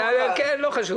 לא חשוב.